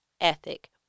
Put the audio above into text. ethic